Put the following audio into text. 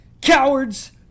Cowards